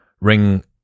ring